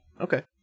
Okay